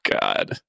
God